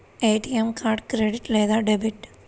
ATM card credit లేదా debit?